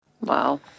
Wow